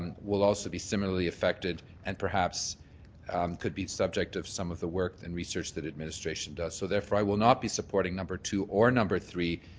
and will also be similarly affected and perhaps could be subject the some of the work and research that administration does. so therefore i will not be supporting number two or number three,